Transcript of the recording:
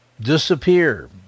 Disappear